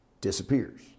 disappears